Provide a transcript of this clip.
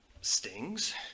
stings